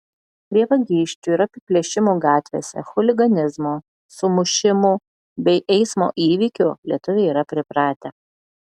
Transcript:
prie vagysčių ir apiplėšimų gatvėse chuliganizmo sumušimų bei eismo įvykių lietuviai yra pripratę